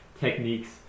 techniques